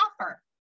offer